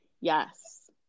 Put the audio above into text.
Yes